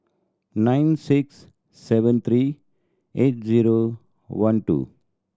nine six seven three eight zero one two